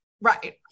right